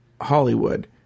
Hollywood